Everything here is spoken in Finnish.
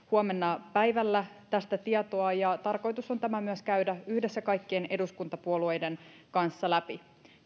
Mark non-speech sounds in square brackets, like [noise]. [unintelligible] huomenna päivällä tästä tietoa ja tarkoitus on tämä myös käydä yhdessä kaikkien eduskuntapuolueiden kanssa läpi